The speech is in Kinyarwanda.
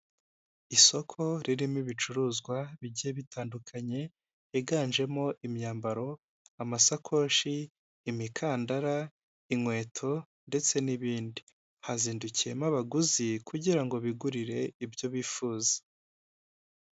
Isoko ririmo ibicuruzwa bigiye bitandukanye higanjemo imyambaro, amasakoshi, imikandara, inkweto ndetse n'ibindi. Hazindukiyemo abaguzi kugira ngo bigurire ibyo bifuza.